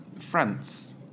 France